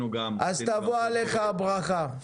אז תבוא עליך הברכה.